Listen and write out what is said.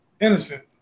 innocent